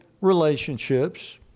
relationships